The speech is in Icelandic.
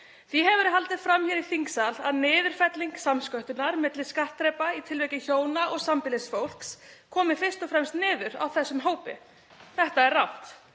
Því hefur verið haldið fram hér í þingsal að niðurfelling samsköttunar milli skattþrepa í tilviki hjóna og sambýlisfólks komi fyrst og fremst niður á þessum hópi. Þetta er rangt.